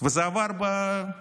וזה עבר לא